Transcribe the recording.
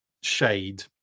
shade